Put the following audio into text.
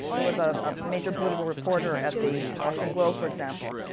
there was ah a major political reporter at the boston globe, for example,